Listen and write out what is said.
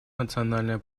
национальное